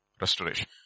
restoration